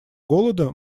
голода